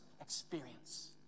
experience